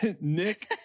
Nick